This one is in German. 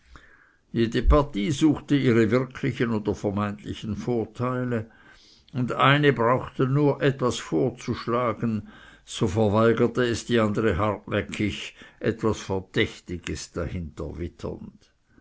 jede partie suchte ihre wirklichen oder vermeintlichen vorteile und eine brauchte nur etwas vorzuschlagen so verweigerte es die andere hartnäckig etwas verdächtiges